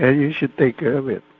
ah you should take care of it.